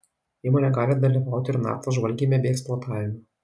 įmonė gali dalyvauti ir naftos žvalgyme bei eksploatavime